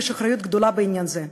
יש אחריות גדולה בעניין זה,